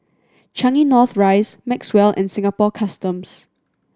Changi North Rise Maxwell and Singapore Customs